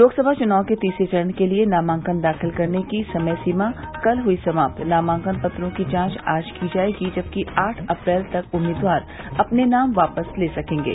लोकसभा चुनाव के तीसरे चरण के लिये नामांकन दाखिल करने की समय सीमा कल हुई समाप्त नामांकन पत्रों की जांच आज की जायेगी जबकि आठ अप्रैल तक उम्मीदवार अपने नाम वापस ले सकेंगे